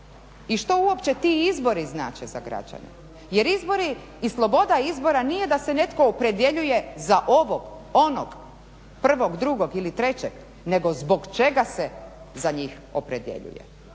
I što uopće ti izbori znače za građane? Jer izbori i sloboda izbora nije da se netko opredjeljuje za ovog, onog, prvog, drugog ili trećeg nego zbog čega se za njih opredjeljuje.